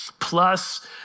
Plus